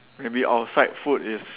maybe outside food is